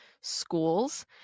schools